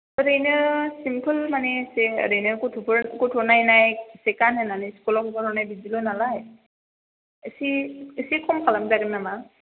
ओरैनो सिमफोल माने जे ओरैनो गथ'फोर गथ' नायनाय बे गानहोनानै सिकुलाव हगार हरनाय बिदिल' नालाय एसे एसे खम खालाम जागोन नामा